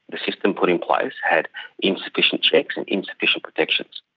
the system put in place had insufficient checks and insufficient protections.